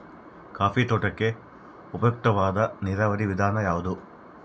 Coffee ತೋಟಕ್ಕೆ ಉಪಯುಕ್ತವಾದ ನೇರಾವರಿ ವಿಧಾನ ಯಾವುದು?